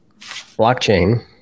blockchain